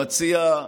המציע,